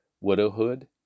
Widowhood